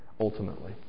ultimately